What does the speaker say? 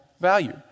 value